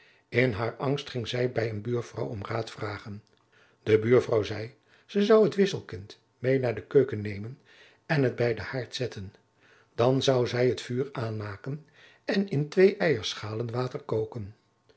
in haar angst ging zij bij een buurvrouw om raad te vragen de buurvrouw zei ze zou het wisselkind meê naar de keuken nemen en het bij den haard zetten dan zou zij het vuur aanmaken en in twee eierschalen water koken